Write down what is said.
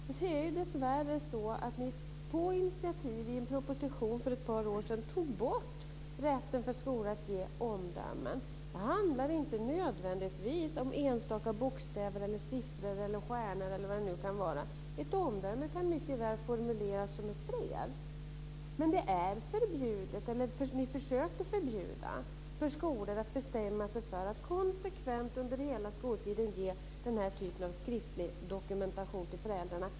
Men det är dessvärre så att ni på initiativ i en proposition för ett par år sedan tog bort rätten för skolor att ge omdömen. Det handlar inte nödvändigtvis om enstaka bokstäver, siffror, stjärnor eller vad det nu kan vara - ett omdöme kan mycket väl formuleras som ett brev. Men ni försöker förbjuda för skolorna att bestämma sig för att konsekvent under hela skoltiden ge den här typen av skriftlig dokumentation till föräldrarna!